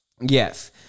Yes